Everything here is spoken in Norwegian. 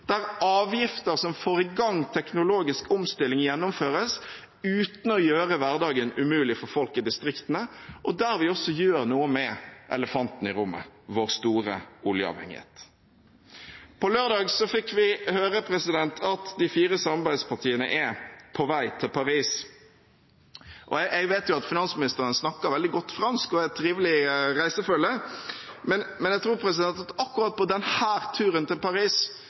der avgifter som får i gang teknologisk omstilling, gjennomføres uten å gjøre hverdagen umulig for folk i distriktene, og der vi også gjør noe med elefanten i rommet: vår store oljeavhengighet. På lørdag fikk vi høre at de fire samarbeidspartiene «er på vei til Paris». Jeg vet at finansministeren snakker veldig godt fransk og er et trivelig reisefølge, men jeg tror at på akkurat denne turen til Paris,